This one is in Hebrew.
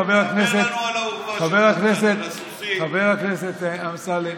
חבר הכנסת אמסלם,